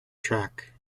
track